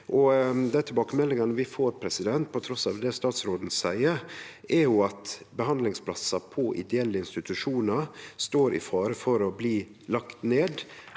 Dei tilbakemeldingane vi får – trass i det statsråden seier – er at behandlingsplassar på ideelle institusjonar står i fare for å bli lagde ned,